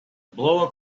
blow